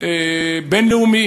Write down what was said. בין-לאומי